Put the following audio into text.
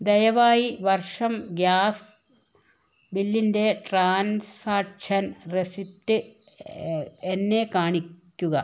ദയവായി വർഷം ഗ്യാസ് ബില്ലിൻ്റെ ട്രാൻസാക്ഷൻ റെസിപ്റ്റ് എന്നെ കാണിക്കുക